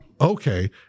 okay